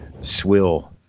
swill